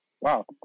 Wow